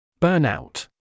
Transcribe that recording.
Burnout